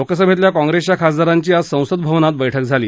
लोकसभेतल्या काँग्रेसच्या खासदारांची आज संसद भवनात बैठक झाली